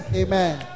amen